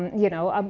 you know, um